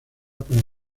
para